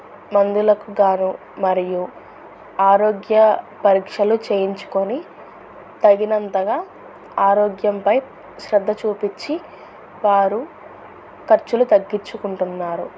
మందులకుగాను మరియు ఆరోగ్య పరీక్షలు చేయించుకొని తగినంతగా ఆరోగ్యంపై శ్రద్ధ చూపించి వారు ఖర్చులు తగ్గించుకుంటున్నారు